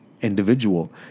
individual